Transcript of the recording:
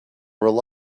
rely